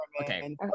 Okay